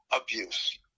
Abuse